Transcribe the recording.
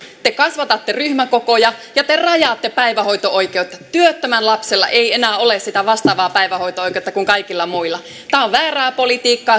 te kasvatatte ryhmäkokoja ja te rajaatte päivähoito oikeutta työttömän lapsella ei enää ole sitä vastaavaa päivähoito oikeutta kuin kaikilla muilla tämä on väärää politiikkaa